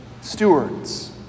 stewards